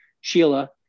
Sheila